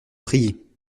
prier